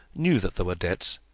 knew that there were debts,